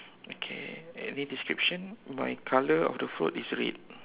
okay any description my color of the float is red